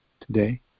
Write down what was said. today